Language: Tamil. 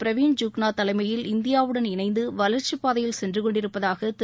பிரவிண் ஜுக்நாத் தலைமையில் இந்தியாவுடன் இணைந்து வளர்ச்சிப்பாதையில் சென்று கொண்டிருப்பதாக திரு